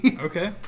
Okay